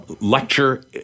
lecture